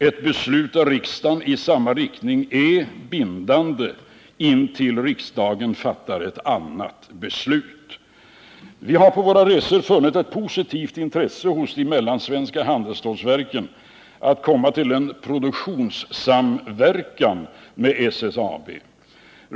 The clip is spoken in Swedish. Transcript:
Ett beslut av riksdagen i samma riktning är bindande intill dess riksdagen fattar ett annat beslut. Vi har på våra resor funnit ett positivt intresse hos de mellansvenska handelsstålverken för att få en produktionssamverkan med SSAB.